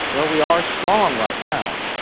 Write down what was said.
where we are strong right now.